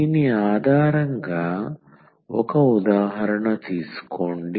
దీని ఆధారంగా ఒక ఉదాహరణ తీసుకోండి